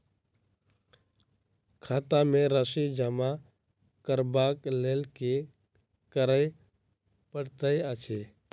खाता मे राशि जमा करबाक लेल की करै पड़तै अछि?